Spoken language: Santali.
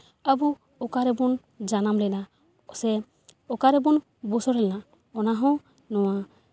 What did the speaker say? ᱟᱵᱚ ᱚᱠᱟ ᱨᱮᱵᱚᱱ ᱡᱟᱱᱟᱢ ᱞᱮᱱᱟ ᱥᱮ ᱚᱠᱟ ᱨᱮᱵᱚᱱ ᱵᱩᱥᱟᱹᱲ ᱞᱮᱱᱟ ᱚᱱᱟ ᱦᱚᱸ ᱱᱚᱣᱟ